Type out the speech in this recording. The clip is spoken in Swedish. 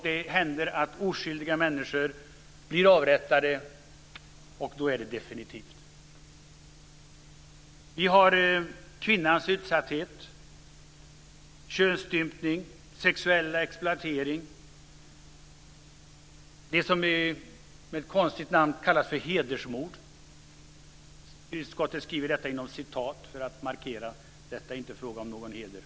Det händer att oskyldiga människor blir avrättade. Då är det definitivt. Utskottet skriver om kvinnans utsatthet: könsstympning, sexuell exploatering, det som med ett konstigt namn kallas för hedersmord. Utskottet skriver "hedersmord" inom citattecken, för att markera att det inte är frågan om någon heder.